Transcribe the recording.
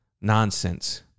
nonsense